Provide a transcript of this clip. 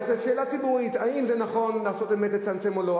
אז זו שאלה ציבורית: האם זה נכון לנסות באמת לצמצם או לא?